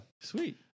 Sweet